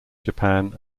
japan